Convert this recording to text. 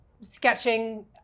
sketching